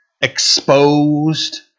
exposed